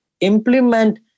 implement